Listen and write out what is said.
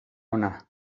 ona